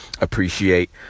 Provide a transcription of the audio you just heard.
appreciate